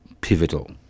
pivotal